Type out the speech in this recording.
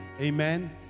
Amen